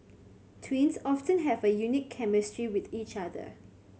twins often have a unique chemistry with each other